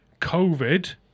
COVID